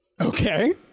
Okay